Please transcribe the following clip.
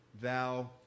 thou